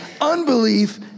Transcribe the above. Unbelief